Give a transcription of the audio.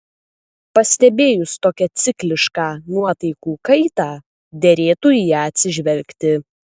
pastebėjus tokią ciklišką nuotaikų kaitą derėtų į ją atsižvelgti